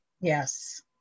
Yes